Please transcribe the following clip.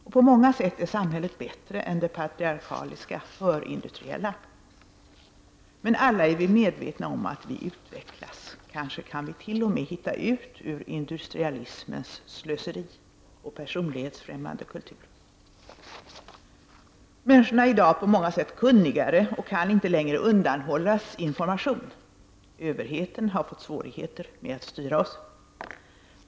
Och på många sätt är samhället bättre än det patriarkaliska förindustriella. Men alla är vi medvetna om att vi utvecklas; kanske kan vi t.o.m. hitta ut ur industrialismens slöseri och personlighetsfrämmande kultur. Människorna är i dag på många sätt kunnigare och kan inte längre undanhållas information. Överheten har fått svårigheter med att styra oss.